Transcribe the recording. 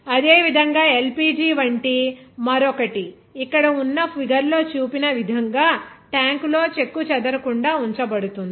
అదేవిధంగా LPG వంటి మరొకటి ఇక్కడ ఉన్న ఫిగర్ లో చూపిన విధంగా ట్యాంక్లో చెక్కుచెదరకుండా ఉంచబడుతుంది